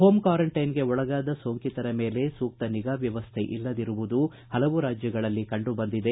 home ಕ್ವಾರಂಟ್ಟೆನ್ಗೆ ಒಳಗಾದ ಸೋಂಕಿತರ ಮೇಲೆ ಸೂಕ್ತ ನಿಗಾ ವ್ಯವಸ್ಥೆ ಇಲ್ಲದಿರುವುದು ಹಲವು ರಾಜ್ಯಗಳಲ್ಲಿ ಕಂಡುಬಂದಿದೆ